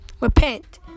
Repent